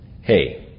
Hey